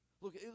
Look